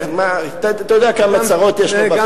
אתה יודע כמה צרות יש לו בחינוך?